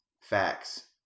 facts